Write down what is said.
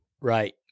Right